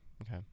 Okay